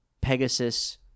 pegasus